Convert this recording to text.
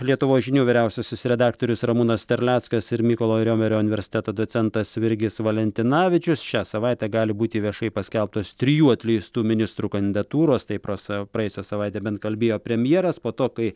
lietuvos žinių vyriausiasis redaktorius ramūnas terleckas ir mykolo riomerio universiteto docentas virgis valentinavičius šią savaitę gali būti viešai paskelbtos trijų atleistų ministrų kandidatūros taip rosa praėjusią savaitę bent kalbėjo premjeras po to kai